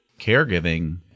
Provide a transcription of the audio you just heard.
caregiving